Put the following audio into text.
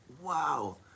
wow